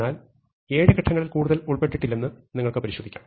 എന്നാൽ ഏഴ് ഘട്ടങ്ങളിൽ കൂടുതൽ ഉൾപ്പെട്ടിട്ടില്ലെന്ന് നിങ്ങൾക്ക് പരിശോധിക്കാം